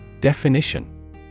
Definition